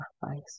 sacrifice